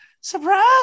Surprise